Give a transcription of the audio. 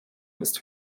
ist